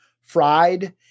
fried